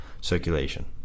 circulation